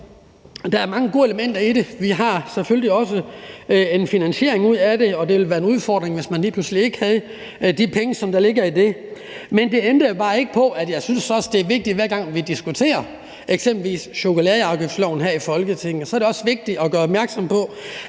der er mange gode elementer i det, og vi har selvfølgelig også en finansiering ud af det, og det ville være en udfordring, hvis man lige pludselig ikke havde de penge, der ligger i det. Men det ændrer jo bare ikke på, at jeg også synes, det er vigtigt, hver gang vi eksempelvis diskuterer chokoladeafgiftsloven her i Folketinget, at gøre opmærksom på,